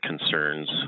concerns